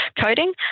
coding